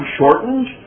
shortened